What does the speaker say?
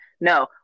no